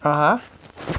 (uh huh)